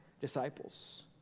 disciples